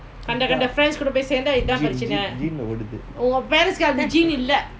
gene gene gene lah ஓடுது:ooduthu